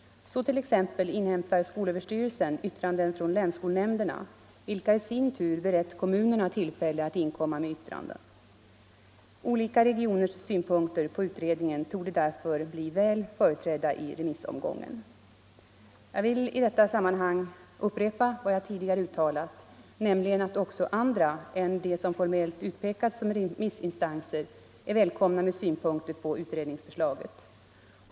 Så t.ex. inhämtar skolöverstyrelsen yttrande från länsskolnämnderna vilka i sin tur berett kommunerna tillfälle att inkomma med yttrande. Olika regioners synpunkter på utredningen torde därför bli väl företrädda i remissomgången. Jag vill i detta sammanhang upprepa vad jag tidigare uttalat, nämligen att också andra än de som formellt utpekats som remissinstanser är välkomna med synpunkter på utredningsförslaget.